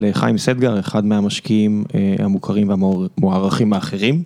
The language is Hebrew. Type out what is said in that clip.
לחיים סטגר אחד מהמשקיעים המוכרים והמוערכים האחרים.